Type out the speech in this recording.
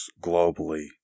globally